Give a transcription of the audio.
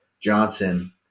johnson